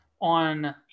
on